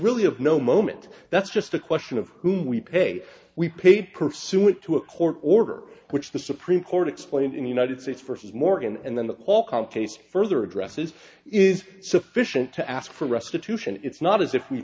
really of no moment that's just a question of whom we pay we paid pursuant to a court order which the supreme court explained in the united states for his morgan and then the all com case further addresses is sufficient to ask for restitution it's not as if we